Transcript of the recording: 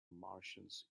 martians